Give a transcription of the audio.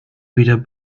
wieder